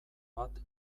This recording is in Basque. bat